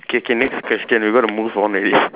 K K next question we got to move on already